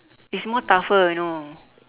it's more tougher you know